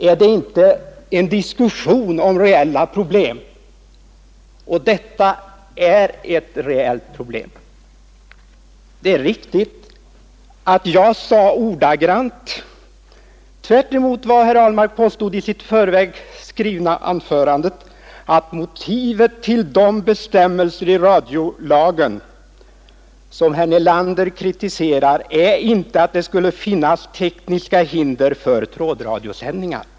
Är det inte en diskussion om reella problem? Och detta är ett reellt problem. Tvärtemot vad herr Ahlmark påstod i sitt i förväg skrivna anförande, sade jag att motivet till de bestämmelser i radiolagen som herr Nelander kritiserar är inte att det skulle finnas tekniska hinder för trådradiosändningar.